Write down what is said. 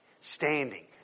standing